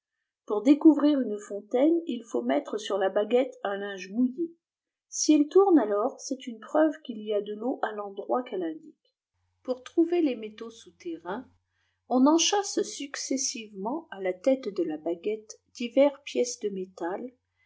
pour découvrir une fontaine il faut mettre sur la baguette un linge mouillé si elle tourne alors c'est une preuve qu'il y a de l'eau à l'endroit qu'elle indique pour trouver les métaux souterrains on enchâsse successivement à la tête de la baguette diverses pièces de métal